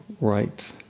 right